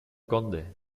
conde